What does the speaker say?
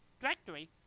directory